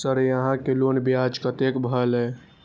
Sir यहां के loan ब्याज कतेक भेलेय?